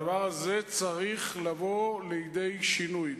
הדבר הזה צריך לבוא לידי שינוי.